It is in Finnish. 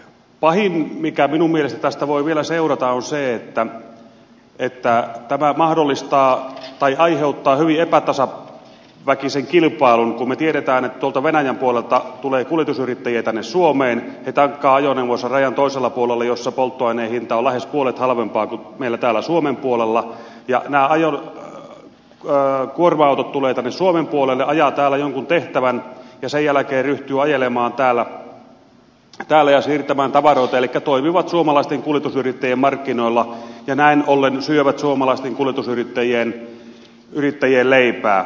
pahin mikä minun mielestäni tästä voi vielä seurata on se että tämä aiheuttaa hyvin epätasaväkisen kilpailun kun me tiedämme että tuolta venäjän puolelta tulee kuljetusyrittäjiä tänne suomeen he tankkaavat ajoneuvonsa rajan toisella puolella jossa polttoaine on lähes puolet halvempaa kuin meillä täällä suomen puolella ja nämä kuorma autot tulevat tänne suomen puolelle ajavat täällä jonkun tehtävän ja sen jälkeen ryhtyvät ajelemaan täällä ja siirtämään tavaroita elikkä toimivat suomalaisten kuljetusyrittäjien markkinoilla ja näin ollen syövät suomalaisten kuljetusyrittäjien leipää